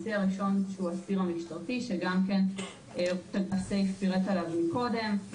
הציר הראשון הוא הציר המשטרתי שפורט עליו קודם,